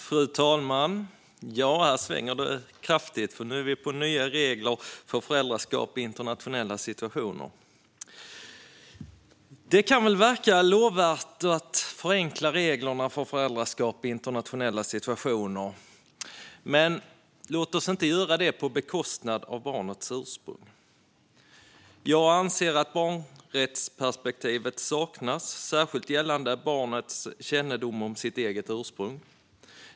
Fru talman! Här svänger det kraftigt. Nu är vi inne på nya regler för föräldraskap i internationella situationer. Det kan väl verka lovvärt att förenkla reglerna för föräldraskap i internationella situationer, men låt oss inte göra det på bekostnad av barnets ursprung. Jag anser att barnrättsperspektivet saknas särskilt gällande barnets kännedom om sitt eget ursprung.